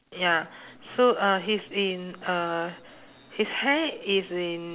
ya so uh he's in uh his hair is in